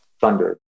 thunder